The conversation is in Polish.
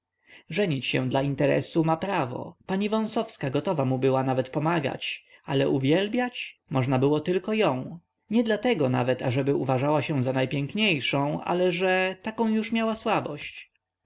niej żenić się dla interesu ma prawo pani wąsowska gotowa mu była nawet pomagać ale uwielbiać można było tylko ją nie dlatego nawet ażeby uważała się za najpiękniejszą ale że taką już miała słabość